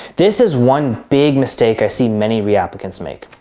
this is one big mistake i see many reapplicants make.